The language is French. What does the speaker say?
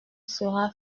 sera